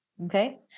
Okay